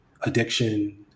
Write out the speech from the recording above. addiction